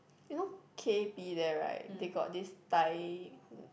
you know K_P there right they got this Thai